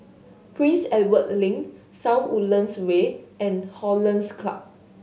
Prince Edward Link South Woodlands Way and Hollandse Club